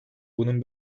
bunun